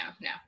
no